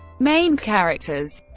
main characters